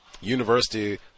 University